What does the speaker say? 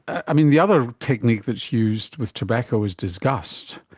i mean, the other technique that is used with tobacco is disgust,